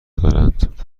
دارند